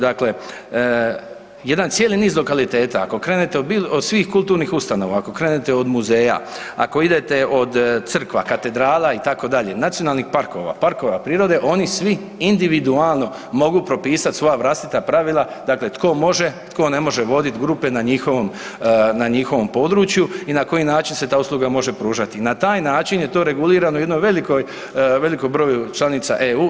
Dakle, jedan cijeli niz lokaliteta ako krenete od svih kulturnih ustanova, ako krenete od muzeja, ako idete od crkva, katedrala itd., nacionalnih parkova, parkova prirode oni svi individualno mogu propisati svoja vlastita pravila dakle, tko može, tko ne može voditi grupe na njihovom području i na koji način se ta usluga može pružati i na taj način je to regulirano jednom velikom broju članica EU.